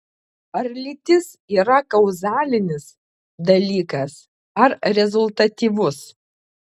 ar lytis yra kauzalinis dalykas ar rezultatyvus